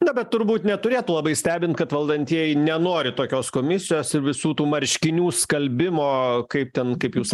na bet turbūt neturėtų labai stebint kad valdantieji nenori tokios komisijos ir visų tų marškinių skalbimo kaip ten kaip jūs